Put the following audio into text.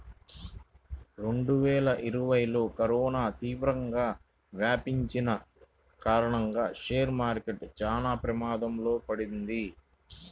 రెండువేల ఇరవైలో కరోనా తీవ్రంగా వ్యాపించిన కారణంగా షేర్ మార్కెట్ చానా ప్రమాదంలో పడింది